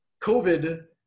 COVID